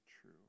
true